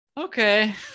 Okay